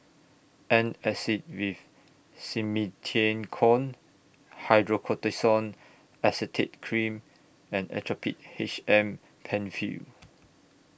Antacid with Simethicone Hydrocortisone Acetate Cream and Actrapid H M PenFill